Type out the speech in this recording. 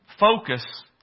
Focus